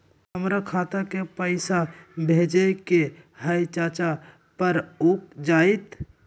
हमरा खाता के पईसा भेजेए के हई चाचा पर ऊ जाएत?